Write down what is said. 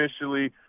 officially